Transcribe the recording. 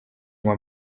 nywa